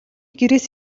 гэрээс